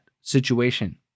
situation